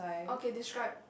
okay describe